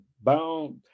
bound